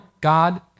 God